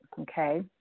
Okay